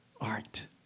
art